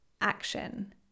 action